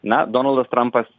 na donaldas trampas